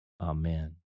amen